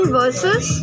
versus